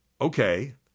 Okay